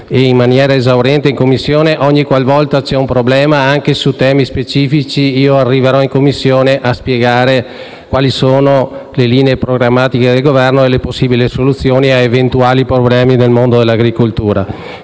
in maniera esauriente, che ogni qual volta vi sarà un problema, anche su temi specifici, arriverà in Commissione a spiegare quali sono le linee programmatiche del Governo e le possibili soluzioni a eventuali problemi del mondo dell'agricoltura.